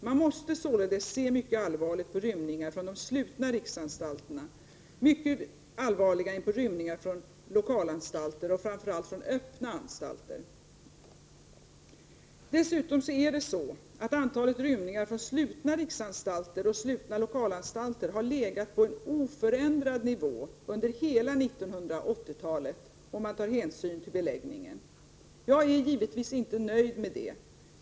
Man måste således se mycket allvarligt på rymningar från de slutna riksanstalterna, mycket allvarligare än på rymningar från lokalanstalter och framför allt från öppna anstalter. Dessutom har antalet rymningar från slutna riksanstalter och slutna lokalanstalter legat på en oförändrad nivå under hela 1980-talet, om man tar hänsyn till beläggningen. Jag är givetvis inte nöjd med den nivån.